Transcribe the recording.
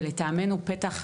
ולטעמנו פתח,